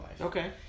Okay